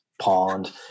pond